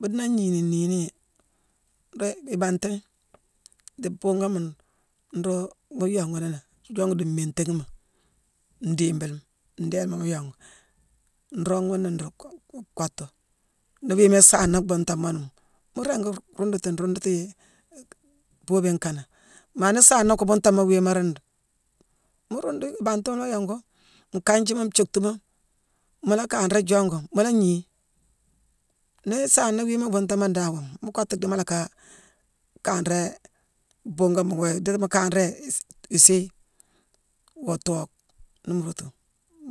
Boodena ngnii ni niini: nré ibanti, dii buungama nroog nruu yonguni nangh, jongu dii mmintéghima, ndiibilema, ndéélema mu yongu. nroog ghuna nruu ku- ku- kottu. Nii wii saana bhuuntamoni, mu ringi ruundutu nruunduti bobiyone kanane. Maa nii saana goo buuntamo wiima ruune di, mu ruundu ibantima mu la yongu, nkanjiima, nthiocktuma, mu la kanra jongu, mu la gnii. Nii saana wiima buuntamoni dan awaa, mu kottu dhii mu lackaa kanré bhuugone buughuwu yéé. Ndiiti mu kanré i- isiiye, woo tookh, nii mu roogtu.